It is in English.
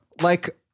Like-